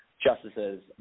justices